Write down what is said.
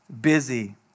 busy